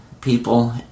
people